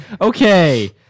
Okay